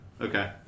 Okay